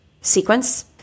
sequence